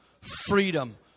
freedom